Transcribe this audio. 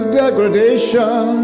degradation